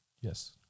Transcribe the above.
Yes